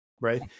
Right